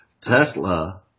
Tesla